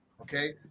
okay